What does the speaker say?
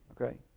Okay